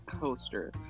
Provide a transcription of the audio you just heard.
coaster